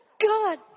God